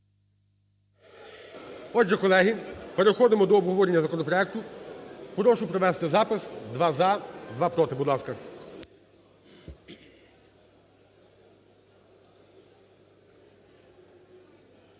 Отже, колеги, переходимо до обговорення законопроекту. Прошу провести запис: два – за, два – проти, будь ласка. Євтушок